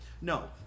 No